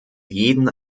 jeden